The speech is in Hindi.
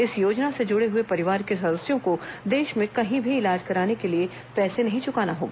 इस योजना से जुड़े हुए परिवार के सदस्यों को देश में कहीं भी इलाज कराने के लिए पैसे नहीं चुकाना होगा